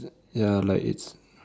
ya like it's